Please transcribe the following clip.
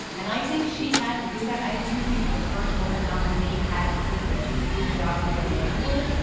and i think she had to do that. i do think that the first woman nominee had to prove that she could do the job the way a man would.